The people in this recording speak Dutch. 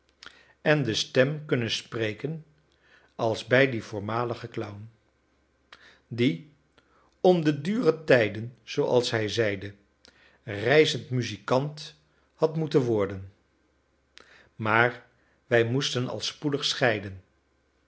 en de stem kunnen spreken als bij dien voormaligen clown die om de dure tijden zooals hij zeide reizend muzikant had moeten worden maar wij moesten al spoedig scheiden